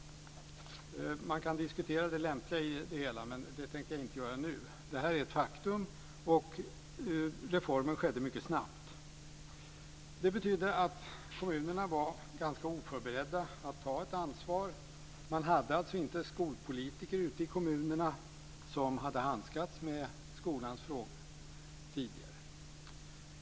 Man kan diskutera det lämpliga i det hela. Det tänker jag inte göra nu. Detta är faktum, och reformen skedde mycket snabbt. Det betydde att kommunerna var ganska oförberedda på att ta ett ansvar. Man hade alltså inte skolpolitiker i kommunerna som hade handskats med skolans frågor tidigare.